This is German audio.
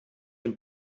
dem